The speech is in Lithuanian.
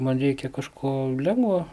man reikia kažko lengvo